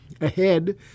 Ahead